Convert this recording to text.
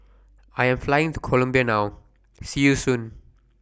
I Am Flying to Colombia now See YOU Soon